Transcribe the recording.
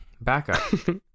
Backup